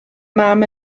mam